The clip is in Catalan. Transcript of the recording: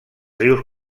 rius